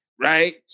Right